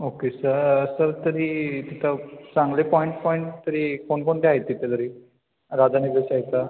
okay सं sir तरी तिथं चांगले पॉईंट पॉईंट तरी कोणकोणते आहेत तिथं तरी राधानगरीच्या इथं